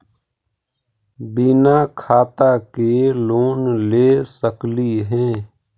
बिना खाता के लोन ले सकली हे?